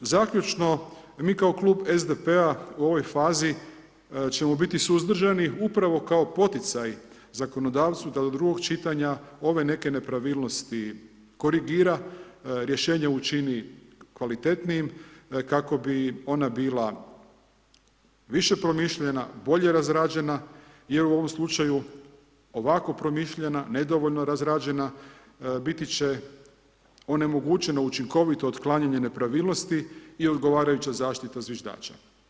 Zaključno, mi kao klub SDP-a u ovoj fazi ćemo biti suzdržani upravo kao poticaj zakonodavstvu da do drugog čitanja ove neke nepravilnosti korigira, rješenje učini kvalitetnijim kako bi ona bila više promišljana, bolje razrađena jer u ovom slučaju ovako promišljena, nedovoljno razrađena biti će onemogućeno učinkovito otklanjanje nepravilnosti i odgovarajuća zaštita zviždača.